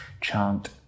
chant